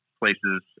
places